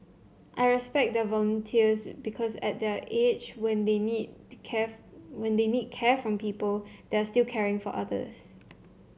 I respect their volunteers because at their age when they need when they need care from people they are still caring for others